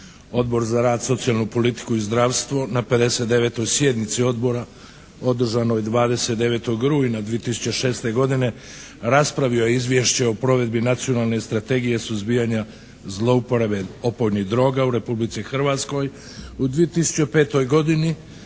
Odbor za rad, socijalnu politiku i zdravstvo na 59. sjednici Odbora održanoj 29. rujna 2006. godine raspravio je izvješće o provedbi nacionalne strategije suzbijanja zlouporabe opojnih droga u Republici Hrvatskoj u 2005. godini